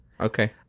Okay